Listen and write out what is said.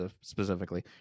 specifically